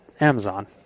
Amazon